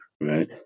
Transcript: right